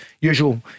usual